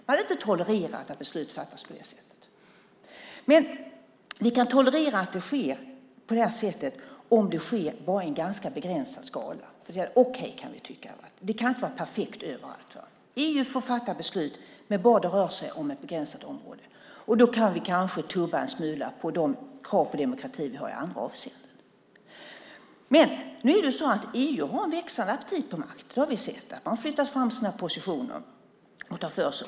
Man hade inte tolererat att beslut fattats på det sättet. Men vi kan tolerera att det sker på det här sättet om det sker på en ganska begränsad skala. Det är okej, kan vi tycka. Det kan inte vara perfekt överallt. Ingen får fatta beslut på det sättet, bara om det rör sig om ett begränsat område kan vi kanske tumma en smula på de krav på demokrati vi har i andra avseenden. Men nu är det så att EU har en växande aptit på makt. Det har vi sett. Man flyttar fram sina positioner och tar för sig.